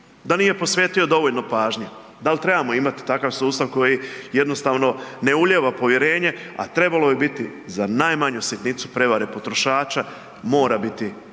da nije posvetio dovoljno pažnje. Dal trebamo imat takav sustav koji jednostavno ne ulijeva povjerenje, a trebalo bi biti za najmanju sitnicu prevare potrošača? Mora biti